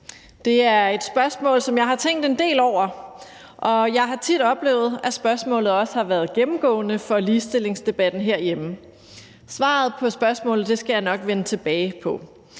Det er et spørgsmål, som jeg har tænkt en del over, og jeg har tit oplevet, at spørgsmålet også har været gennemgående for ligestillingsdebatten herhjemme. Svaret på spørgsmålet skal jeg nok vende tilbage til.